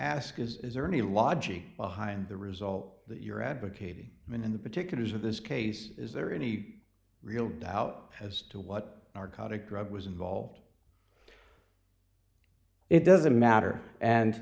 ask is there any logic behind the result that you're advocating mean in the particulars of this case is there any real doubt as to what narcotic drug was involved it doesn't matter and